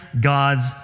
God's